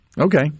Okay